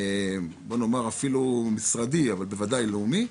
נאמר, משרדי, אבל בוודאי לאומי,